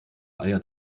eier